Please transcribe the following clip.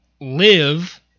live